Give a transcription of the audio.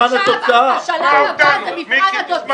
השלב הבא זה מבחן התוצאה.